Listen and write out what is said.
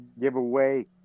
giveaway